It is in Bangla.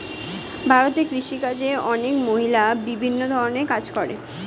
ভারতে কৃষিকাজে অনেক মহিলা বিভিন্ন ধরণের কাজ করে